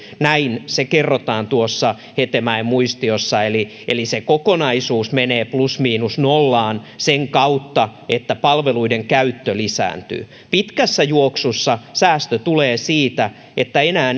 näin se kerrotaan tuossa hetemäen muistiossa eli eli se kokonaisuus menee plus miinus nollaan sen kautta että palveluiden käyttö lisääntyy pitkässä juoksussa säästö tulee siitä että enää